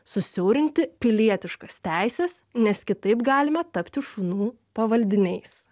susiaurinti pilietiškas teises nes kitaip galime tapti šunų pavaldiniais